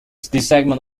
segment